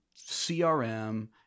CRM